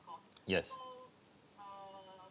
yes